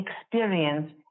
experience